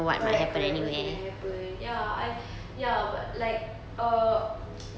correct correct what might happen ya I ya but like err